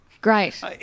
Great